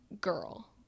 girl